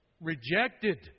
Rejected